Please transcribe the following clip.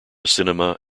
cinema